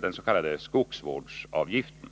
den s.k. skogsvårdsavgiften.